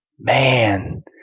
man